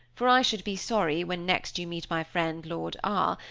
for i should be sorry, when next you meet my friend lord r,